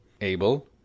Able